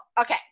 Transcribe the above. Okay